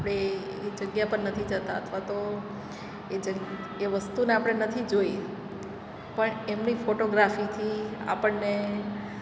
આપણે એ જગ્યા પર નથી જતા અથવા તો એ જગ્યા એ વસ્તુને આપણે નથી જોઈ પણ એમની ફોટોગ્રાફીથી આપણને